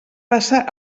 passa